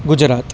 Gujarat